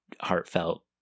heartfelt